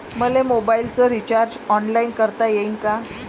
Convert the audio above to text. मले मोबाईलच recharge online करता येईन का?